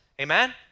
amen